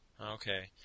Okay